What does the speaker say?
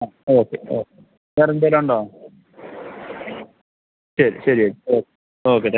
ആ okay okay വേറെന്തേലും ഉണ്ടോ ശരി ശരി ഓ ഓക്കെ താങ്ക്യൂ